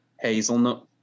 Hazelnut